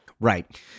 right